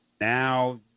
now